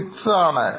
16 ആണ്